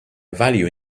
value